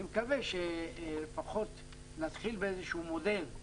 ואני מקווה שלפחות נתחיל באיזשהו מודל.